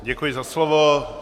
Děkuji za slovo.